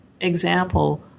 example